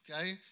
Okay